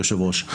היושב ראש,